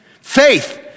Faith